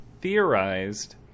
theorized